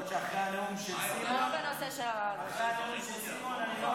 למרות שאחרי הנאום של סימון אני לא